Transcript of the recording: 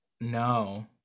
No